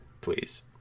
please